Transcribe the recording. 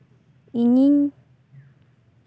ᱤᱧᱤᱧ